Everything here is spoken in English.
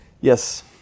Yes